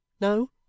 No